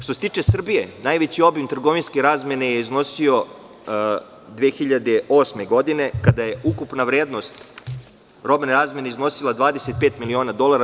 Što se tiče Srbije, najveći obim trgovinske razmene je iznosio 2008. godine, kada je ukupna vrednost robne razmene iznosila 25 miliona dolara.